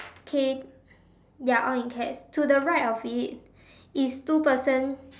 okay ya all in caps to the right of it is two person